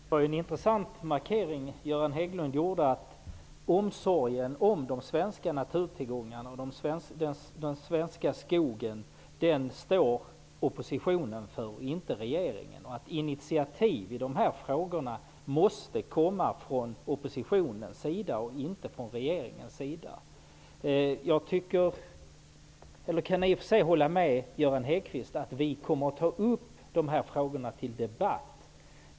Herr talman! Det var en intressant markering Göran Hägglund gjorde om att omsorgen om de svenska naturtillgångarna och den svenska skogen står oppositionen för och inte regeringen. Initiativ i dessa frågor måste komma från oppositionen och inte från regeringen. Jag kan i och för sig hålla med Göran Hägglund om att vi kommer att ta upp dessa frågor till debatt.